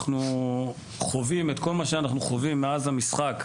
אנחנו חווים את כל מה שאנחנו חווים מאז המשחק.